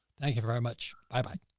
thank you very much. bye bye.